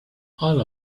all